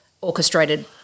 orchestrated